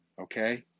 okay